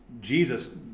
Jesus